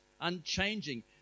unchanging